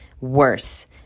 Worse